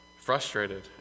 frustrated